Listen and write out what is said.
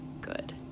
good